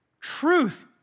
Truth